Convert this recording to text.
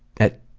at